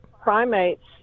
primates